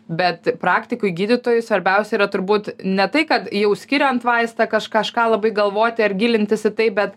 bet praktikoj gydytojui svarbiausia yra turbūt ne tai kad jau skiriant vaistą kaž kažką labai galvoti ar gilintis į tai bet